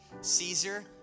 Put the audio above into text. Caesar